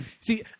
See